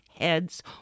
heads